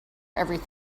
everything